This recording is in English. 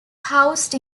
housed